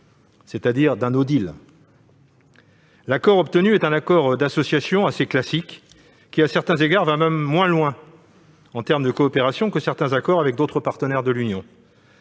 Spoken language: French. c'est-à-dire d'un. L'accord obtenu est un accord d'association assez classique, lequel, à certains égards, va même moins loin, en termes de coopération, que certains accords avec d'autres partenaires de l'Union.